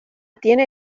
tiene